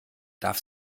darf